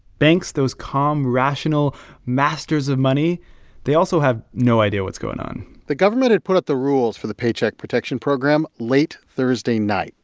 banks those calm, rational masters of money they also have no idea what's going on the government had put up the rules for the paycheck protection program late thursday night,